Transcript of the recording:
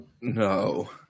No